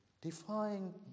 defying